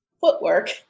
footwork